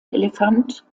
elefant